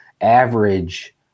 average